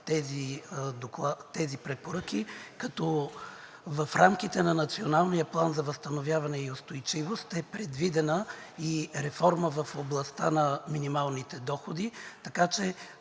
тези препоръки, като в рамките на Националния план за възстановяване и устойчивост е предвидена и реформа в областта на минималните доходи, така че